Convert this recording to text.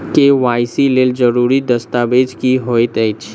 KYC लेल जरूरी दस्तावेज की होइत अछि?